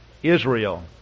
Israel